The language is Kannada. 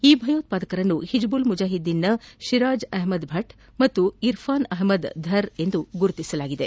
ಈ ಭಯೋತ್ವಾದಕರನ್ನು ಹಿಜ್ಬುಲ್ ಮುಜಾಹಿದ್ದೀನ್ನ ಶಿರಾಜ್ ಅಹ್ನದ್ ಭಟ್ ಮತ್ತು ಇರ್ಫಾನ್ ಅಹ್ನದ್ ಧರ್ ಎಂದು ಗುರುತಿಸಲಾಗಿದೆ